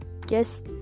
guess